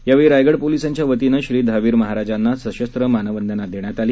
यावेळी रायगड पोलिसांच्या वतीनं श्री धावीर महाराजांना सशस्व मानवंदना देण्यात आली